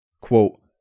Quote